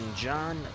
John